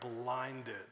blinded